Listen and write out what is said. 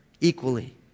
equally